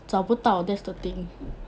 找不到 that's the thing